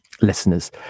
listeners